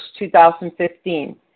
2015